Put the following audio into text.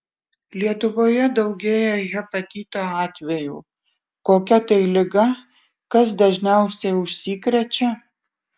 lietuvoje daugėja hepatito atvejų kokia tai liga kas dažniausiai užsikrečia